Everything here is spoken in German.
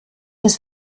des